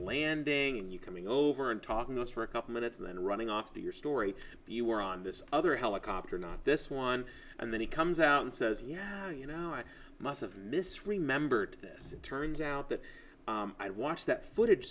landing you coming over and talking to us for a couple minutes and then running off to your story you were on this other helicopter not this one and then he comes out and says yeah you know i must have misremembered this turns out that i watched that footage